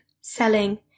selling